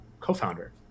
co-founder